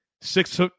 Six